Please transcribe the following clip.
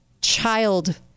child